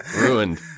ruined